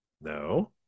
No